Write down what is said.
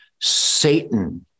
Satan